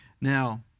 Now